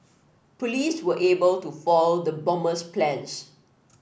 police were able to foil the bomber's plans